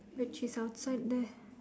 wait she's outside there